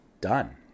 Done